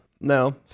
No